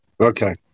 Okay